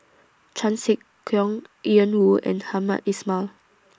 Chan Sek Keong Ian Woo and Hamed Ismail